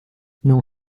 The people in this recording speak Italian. non